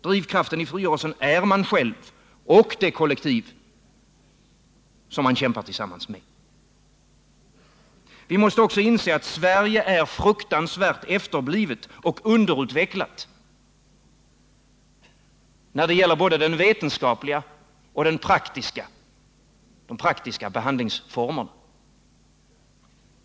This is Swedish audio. Drivkraften i frigörelsen är man själv och det kollektiv som man kämpar tillsammans med. Vi måste också inse att Sverige är fruktansvärt efterblivet och underutvecklat när det gäller både de vetenskapliga och de praktiska behandlingsformerna.